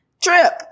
trip